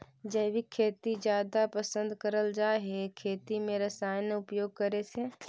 जैविक खेती जादा पसंद करल जा हे खेती में रसायन उपयोग करे से